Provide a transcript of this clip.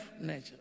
nature